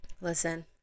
listen